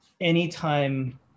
anytime